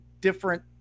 different